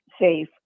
safe